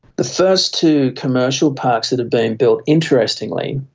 the first two commercial parks that have been built, interestingly,